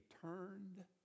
turned